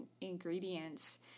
ingredients